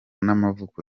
n’amavuko